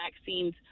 vaccines